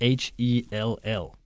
hell